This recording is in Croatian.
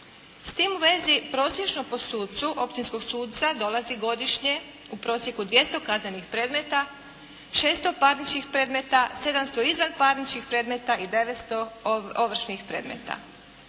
S tim u vezi prosječno po sucu, općinskog suca dolazi godišnje, u prosjeku 200 kaznenih predmeta, 600 parničnih predmeta, 700 izvanparničnih predmeta i 900 ovršnih predmeta.